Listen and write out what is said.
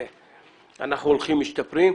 אנחנו הולכים ומשתפרים.